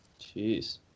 Jeez